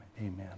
Amen